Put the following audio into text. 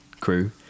crew